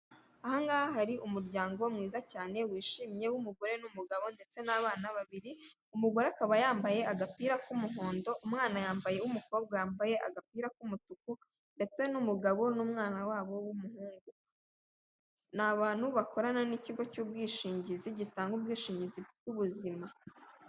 Ahangaha hari umuryango mwiza cyane wishimye w'umugore n'umugabo ndetse n'abana babiri umugore akaba yambaye agapira k'umuhondo, umwana yambaye, umukobwa yambaye agapira k'umutuku ndetse n'umugabo n'umwana wabo w'umu... ni abantu bakorana n'ikigo cy'ubwishingizi gitanga ubwishingizi bw'ubuzima.